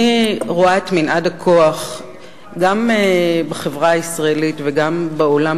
אני רואה את מנעד הכוח גם בחברה הישראלית וגם בעולם